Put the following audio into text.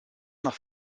nach